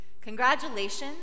Congratulations